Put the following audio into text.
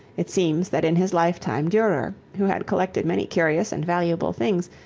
it seems that in his lifetime durer, who had collected many curious and valuable things,